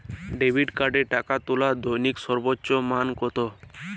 Debit কার্ডে টাকা তোলার দৈনিক সর্বোচ্চ মান কতো?